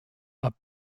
are